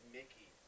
Mickey